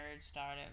started